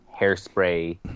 hairspray